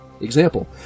Example